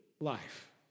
life